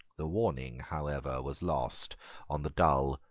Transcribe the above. the warning, however, was lost on the dull,